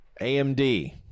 AMD